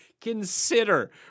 consider